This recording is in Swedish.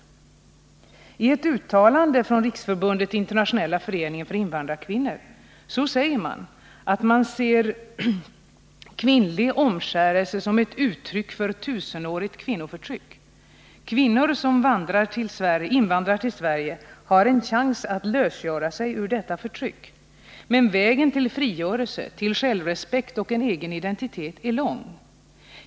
I ett uttalande från Riksförbundet internationella föreningen för invan drarkvinnor säger man att man ”ser kvinnlig omskärelse som ett uttryck för ett tusenårigt kvinnoförtryck. Kvinnor som invandrar till Sverige har en chans att lösgöra sig ur detta förtryck. Men vägen till frigörelse, till självrespekt och en egen identitet är lång.